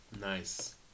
Nice